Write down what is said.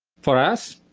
for us,